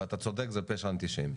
ואתה צודק, זה פשע אנטישמי